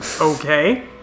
Okay